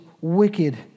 wicked